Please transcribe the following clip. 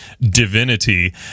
divinity